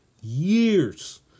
years